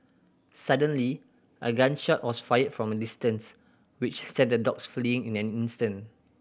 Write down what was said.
suddenly a gun shot was fired from a distance which sent the dogs fleeing in an instant